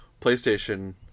PlayStation